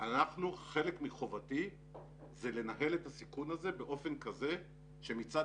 חלק מחובתי זה לנהל את הסיכון הזה באופן כזה שמצד